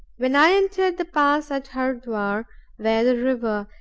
when i entered the pass at hurdwar, where the river,